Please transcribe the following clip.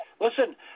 Listen